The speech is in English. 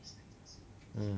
mm